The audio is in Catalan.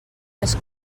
més